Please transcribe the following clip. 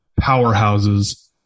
powerhouses